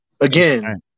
again